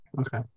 Okay